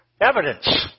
evidence